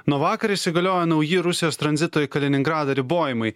nuo vakar įsigaliojo nauji rusijos tranzito į kaliningradą ribojimai